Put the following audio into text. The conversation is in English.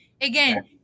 again